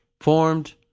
formed